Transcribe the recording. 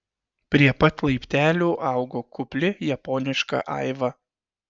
prie pat laiptelių augo kupli japoniška aiva